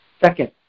second